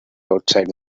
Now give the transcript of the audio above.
outside